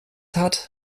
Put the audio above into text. hat